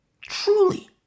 truly